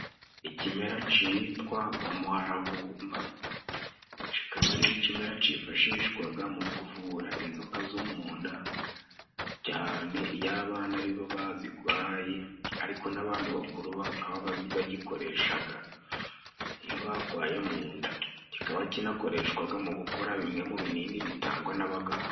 Ikimera citwa umuharavumba, kikaba ari ikimera cifashishwaga mu kuvura inzoka zo mu nda, cyane iyo abana aribo bazigwaye, ariko n'abantu bakuru bakaba bagikoreshaga iyo bagwaye mu nda. Kikaba kinakoreshwaga mu gukora bimwe mu binini bitangwa n'abaganga.